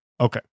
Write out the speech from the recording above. Okay